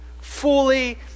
Fully